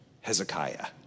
Hezekiah